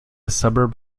suburb